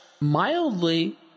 mildly